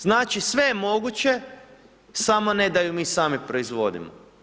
Znači sve je moguće samo ne da ju mi sami proizvodimo.